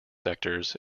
sectors